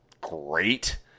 great